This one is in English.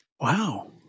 Wow